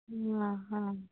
ହଁ ହଁ